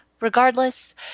regardless